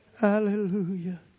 Hallelujah